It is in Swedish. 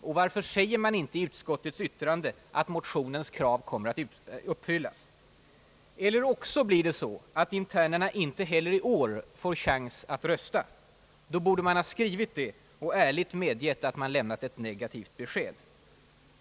Och varför säger man inte i utskottets yttrande att motionens krav kommer att uppfyllas? Eller också blir det så, att internerna inte heller i år får chans att rösta. Då borde man ha skrivit det och ärligt medgett att man lämnat ett negativt besked.